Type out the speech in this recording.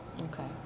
Okay